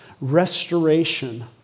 restoration